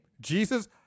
Jesus